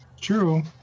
True